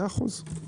מאה אחוז.